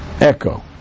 echo